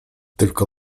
tylko